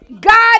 God